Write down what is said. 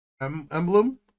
emblem